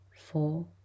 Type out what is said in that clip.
Four